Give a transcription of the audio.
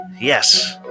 Yes